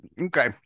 Okay